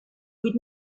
vuit